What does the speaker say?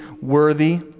worthy